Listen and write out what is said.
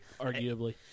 Arguably